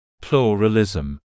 pluralism